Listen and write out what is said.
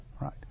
Right